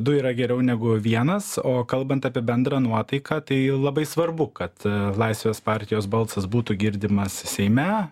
du yra geriau negu vienas o kalbant apie bendrą nuotaiką tai labai svarbu kad laisvės partijos balsas būtų girdimas seime